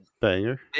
Banger